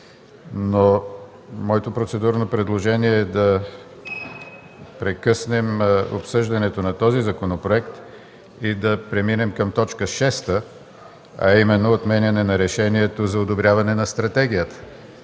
но моето процедурно предложение е да прекъснем обсъждането на този законопроект и да преминем към т. 6, а именно отменяне на Решението за одобряване на Стратегията